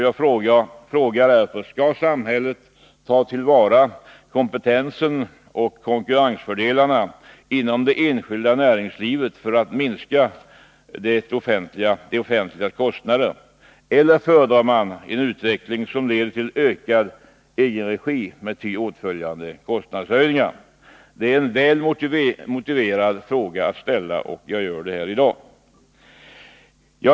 Jag frågar därför: Skall samhället ta till vara kompetensen och konkurrensfördelarna inom det enskilda näringslivet för att minska det offentligas kostnader — eller föredrar man en utveckling som leder till ökad egenregi med ty åtföljande kostnadshöjningar? Det är en väl motiverad fråga att ställa. Det är därför jag ställer den här i dag.